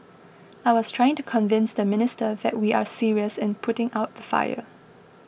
I was trying to convince the minister that we are serious in putting out the fire